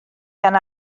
gan